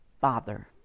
Father